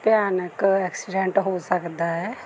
ਭਿਆਨਕ ਐਕਸੀਡੈਂਟ ਹੋ ਸਕਦਾ ਹੈ